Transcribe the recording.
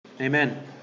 Amen